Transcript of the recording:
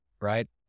right